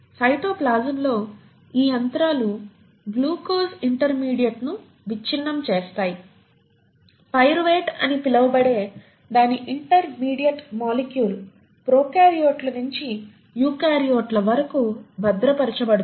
సైటోప్లాజంలో ఈ యంత్రాలు గ్లూకోజ్ ఇంటర్మీడియట్ను విచ్ఛిన్నం చేస్తాయి పైరువేట్ అని పిలువబడే దాని ఇంటర్మీడియట్ మాలిక్యూల్ ప్రొకార్యోట్ల నించి యూకారియోట్ల వరకు భద్రపరచబడుతుంది